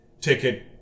ticket